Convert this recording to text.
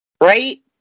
right